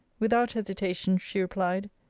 without hesitation, she replied,